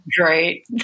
great